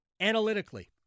analytically